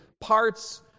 parts